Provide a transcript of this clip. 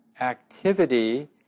activity